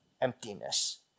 Emptiness